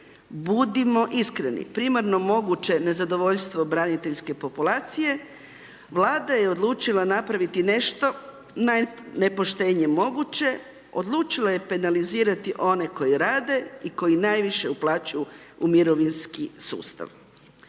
budimo iskreni primarno moguće nezadovoljstvo braniteljske populacije Vlada je odlučila napraviti nešto na nepoštenje moguće, odlučila je penalizirati one koje rade i koji najviše uplaćuju u mirovinski sustav.